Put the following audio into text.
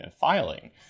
filing